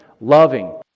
loving